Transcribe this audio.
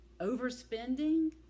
overspending